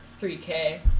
3K